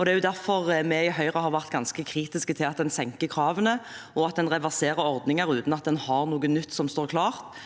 Det er derfor vi i Høyre har vært ganske kritiske til at en senker kravene, og at en reverserer ordninger uten at en har noe nytt som står klart,